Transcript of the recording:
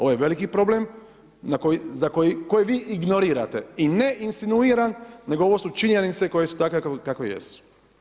Ovo je veliki problem koji vi ignorirate i ne insinuiran, nego ovo su činjenice koje su takve kakve jesu.